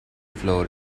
floor